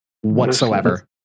whatsoever